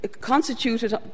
constituted